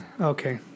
Okay